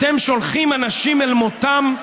אתם שולחים אנשים אל מותם,